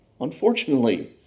unfortunately